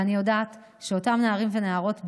אני יודעת שאותם נערים ונערות,